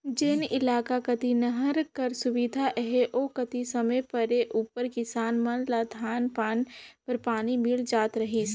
जेन इलाका कती नहर कर सुबिधा अहे ओ कती समे परे उपर किसान मन ल धान पान बर पानी मिल जात रहिस